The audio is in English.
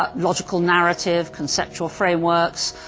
ah logical narrative, conceptual frameworks,